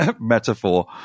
metaphor